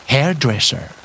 Hairdresser